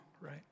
right